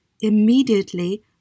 immediately